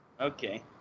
okay